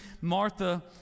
Martha